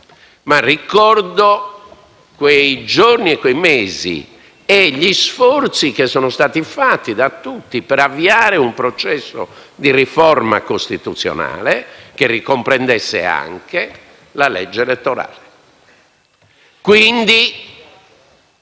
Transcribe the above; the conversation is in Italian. ma ricordo quei giorni, quei mesi e gli sforzi fatti da tutti per avviare un processo di riforma costituzionale che ricomprendesse anche la legge elettorale. Ne